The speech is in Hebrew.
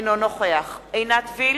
אינו נוכח עינת וילף,